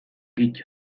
kito